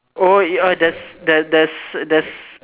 oh oh there's there's there's there's